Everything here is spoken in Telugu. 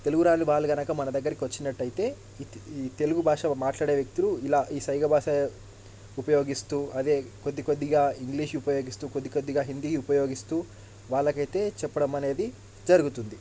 తెలుగు రాని వాళ్ళు గనక మన దగ్గరికి వచ్చినట్టయితే ఈ తెలుగు భాషమాట్లాడే వ్యక్తులు ఇలా ఈ సైగా భాష ఉపయోగిస్తూ అదే కొద్ది కొద్దిగా ఇంగ్లీషు ఉపయోగిస్తూ కొద్ది కొద్దిగా హిందీ ఉపయోగిస్తూ వాళ్లకైతే చెప్పడం అనేది జరుగుతుంది